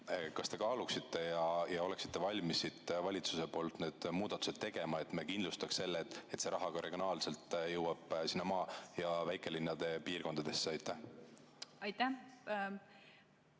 kas te kaaluksite ja oleksite valmis valitsuses need muudatused tegema, et me kindlustaks selle, et see raha jõuab ka maa- ja väikelinnade piirkondadesse? Aitäh!